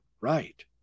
Right